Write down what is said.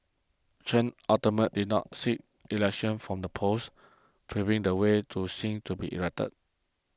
Chen ultimately did not seek election from the post paving the way to Singh to be elected